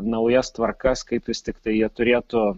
naujas tvarkas kaip vis tiktai jie turėtų